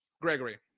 Gregory